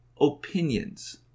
Opinions